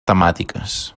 temàtiques